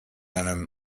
einem